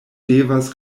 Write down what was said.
devas